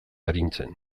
arintzen